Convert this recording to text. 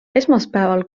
esmaspäeval